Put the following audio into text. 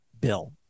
bill